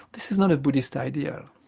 this is not a buddhist idea.